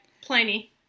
Pliny